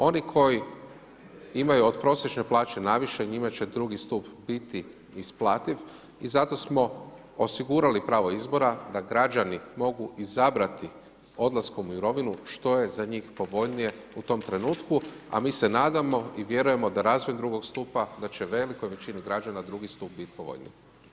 Oni koji imaju od prosječne plaće naviše njima će drugi stup biti isplativ i zato smo osigurali pravo izbora da građani mogu izabrati odlaskom u mirovinu što je za njih povoljnije u tom trenutku, a mi se nadamo i vjerujemo da razvoj drugog stupa da će velikoj većini građana drugi stup bit povoljniji.